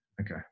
Okay